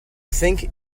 think